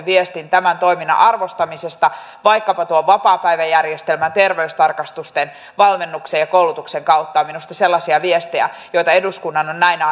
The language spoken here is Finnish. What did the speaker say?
viestin tämän toiminnan arvostamisesta vaikkapa tuon vapaapäiväjärjestelmän terveystarkastusten valmennuksen ja koulutuksen kautta ja ne ovat minusta sellaisia viestejä joita eduskunnan on näinä